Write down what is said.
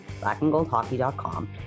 blackandgoldhockey.com